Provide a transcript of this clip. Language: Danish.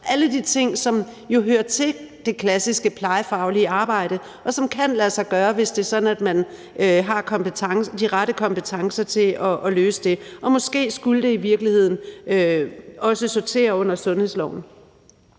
alle de ting, som jo hører til det klassiske plejefaglige arbejde, og som kan lade sig gøre, hvis det er sådan, at man har de rette kompetencer til at løse det. Måske skulle det i virkeligheden også sortere under sundhedsloven.